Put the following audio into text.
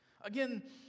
Again